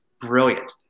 brilliant